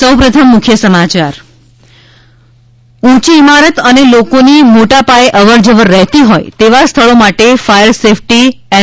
ે ઊંચી ઈમારત અને લોકોની મોટા પાયે અવરજવર રહેતી હોય તેવા સ્થળો માટે ફાયર સેફ્ટી એન